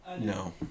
No